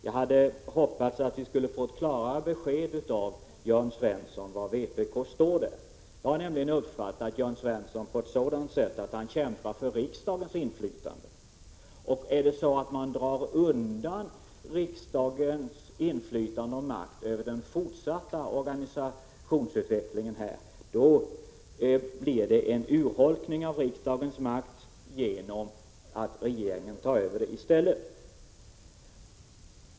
Jag hade hoppats att vi skulle få ett klarare besked av Jörn Svensson om var vpk står där. Jag har nämligen uppfattat Jörn Svensson på ett sådant sätt att han kämpar för riksdagens inflytande. Drar man undan riksdagens inflytande över den fortsatta organisationsutvecklingen blir det en urholkning av riksdagens makt genom att regeringen tar över i stället.